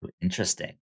Interesting